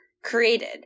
created